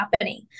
happening